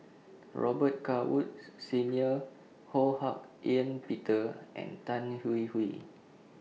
Robet Carr Woods Senior Ho Hak Ean Peter and Tan Hwee Hwee